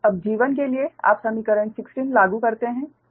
अब G1 के लिए आप समीकरण 16 लागू करते हैं